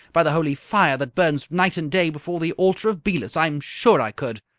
by the holy fire that burns night and day before the altar of belus, i'm sure i could!